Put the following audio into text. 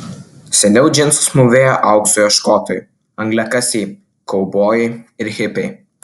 seniau džinsus mūvėjo aukso ieškotojai angliakasiai kaubojai ir hipiai